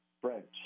French